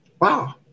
wow